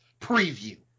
preview